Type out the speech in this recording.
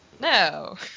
no